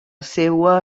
seua